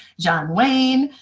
john wayne,